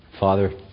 Father